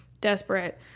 desperate